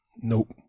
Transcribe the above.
Nope